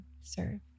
serve